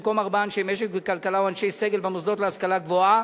במקום ארבעה אנשי משק וכלכלה או אנשי סגל במוסדות להשכלה גבוהה